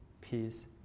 peace